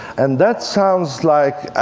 and that sounds like